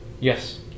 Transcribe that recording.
Yes